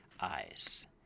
eyes